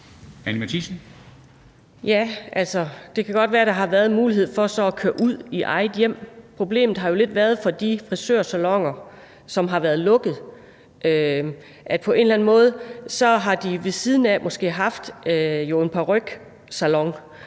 det kan godt være, at der har været en mulighed for så at køre ud i eget hjem. Problemet for de frisørsaloner, der har været lukket, har jo på en eller anden måde lidt været, at de måske har haft en paryksalon